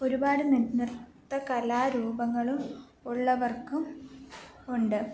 ഒരുപാട് നൃത്ത കലാ രൂപങ്ങളും ഉള്ളവർക്കും ഉണ്ട്